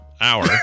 hour